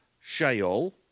Sheol